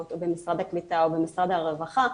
או במשרד הקליטה או במשרד הרווחה,